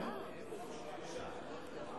יש דברים שמבזים את הכנסת.